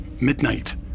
Midnight